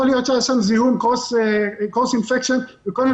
יכול להיות שהיה שם Cross infection וכל מיני